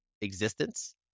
existence